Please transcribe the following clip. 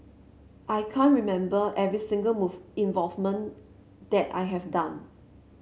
I can't remember every single move involvement that I have done